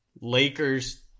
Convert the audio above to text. Lakers